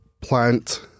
plant